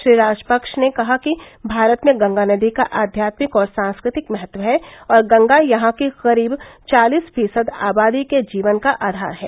श्री राजपक्ष ने कहा कि भारत में गंगा नदी का आध्यात्मिक और सांस्कृतिक महत्व है और गंगा यहां की करीब चालीस फीसद आबादी के जीवन का आधार है